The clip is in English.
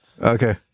Okay